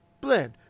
blend